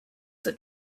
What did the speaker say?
that